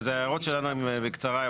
אז ההערות שלנו הן בקצרה.